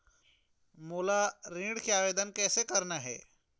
मोला ऋण के आवेदन कैसे करना हे?